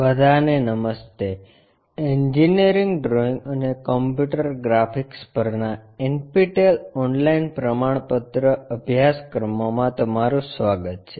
બધાને નમસ્તે engineering drawing અને કમ્પ્યુટર ગ્રાફિક્સ પરના અમારા NPTEL ઓનલાઇન પ્રમાણપત્ર અભ્યાસક્રમોમાં તમારું સ્વાગત છે